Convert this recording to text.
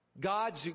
God's